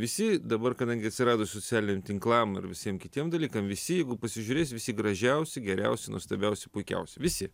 visi dabar kadangi atsiradus socialiniam tinklam ir visiem kitiem dalykam visi jeigu pasižiūrėsi visi gražiausi geriausi nuostabiausi puikiausi visi